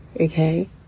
okay